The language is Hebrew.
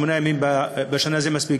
שמונה ימים בשנה זה מספיק,